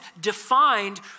defined